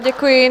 Děkuji.